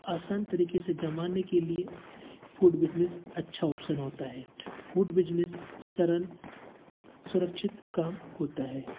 आसान तरीक़े से ज़माने के लिए फूड बिजनेस अच्छा ऑप्सन होता है फूड बिजनेस सरल सुरक्षित काम होता है